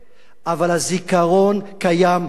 אבל הזיכרון קיים כל הזמן.